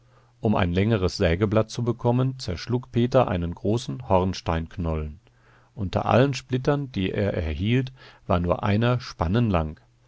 um ein längeres sägeblatt zu bekommen zerschlug peter einen großen hornsteinknollen unter allen splittern die er erhielt war nur einer spannenlang